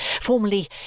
Formerly